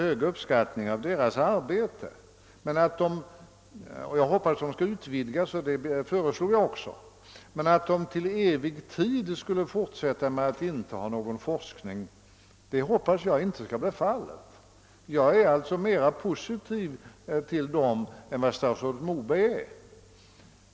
Jag uppskattar deras arbete mycket och jag hoppas att de skall utvidgas, vilket jag också föreslagit. Men de bör inte för all framtid vara utan forskning. Jag är alltså mera positiv till dem än vad statsrådet Moberg är.